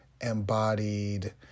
embodied